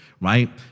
right